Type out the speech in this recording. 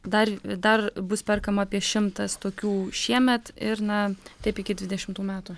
dar dar bus perkama apie šimtas tokių šiemet ir na taip iki dvidešimtų metų